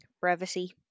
brevity